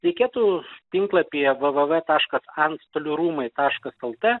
reikėtų tinklapyje v v v taškas antstolių rūmai taškas lt